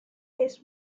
his